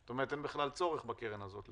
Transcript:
זאת אומרת, אין בכלל צורך בקרן הזאת.